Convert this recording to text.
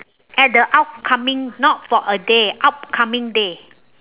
at the upcoming not for a day upcoming day